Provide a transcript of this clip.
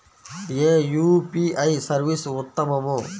ఏ UPI service ఉత్తమము?